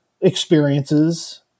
experiences